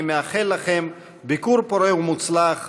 אני מאחל לכם ביקור פורה ומוצלח.